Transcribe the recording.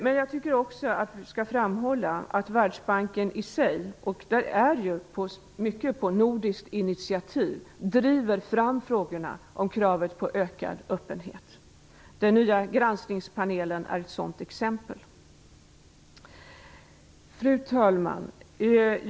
Men jag tycker också att vi skall framhålla att Världsbanken i sig - mycket på nordiskt initiativ - driver fram frågorna om kravet på ökad öppenhet. Den nya granskningspanelen är ett sådant exempel.